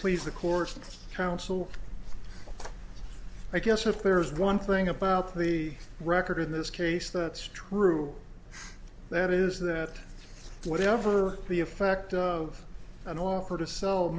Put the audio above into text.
please the courts council i guess if there's one thing about the record in this case that's true that is that whatever the effect of an offer to sell